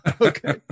okay